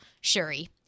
Shuri